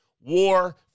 War